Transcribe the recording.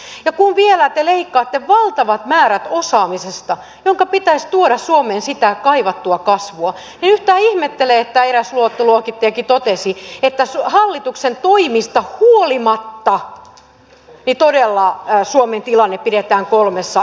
ja kun te vielä leikkaatte valtavat määrät osaamisesta jonka pitäisi tuoda suomeen sitä kaivattua kasvua niin en yhtään ihmettele että eräs luottoluokittajakin totesi että hallituksen toimista huolimatta todella suomen tilanne pidetään kolmessa assa